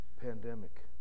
pandemic